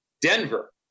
Denver